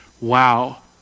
Wow